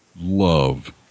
love